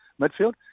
midfield